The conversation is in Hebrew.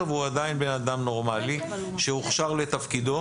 סוהר והוא עדיין בן אדם נורמלי שהוכשר לתפקידו.